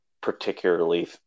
particularly